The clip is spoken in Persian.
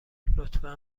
لطفا